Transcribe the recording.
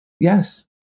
Yes